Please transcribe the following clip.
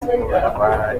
batwara